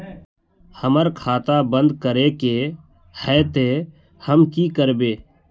हमर खाता बंद करे के है ते हम की करबे?